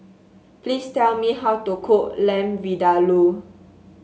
please tell me how to cook Lamb Vindaloo